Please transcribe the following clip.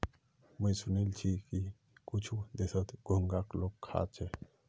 मुई सुनील छि कुछु देशत घोंघाक लोग खा छेक